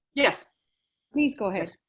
yes please, go ahead.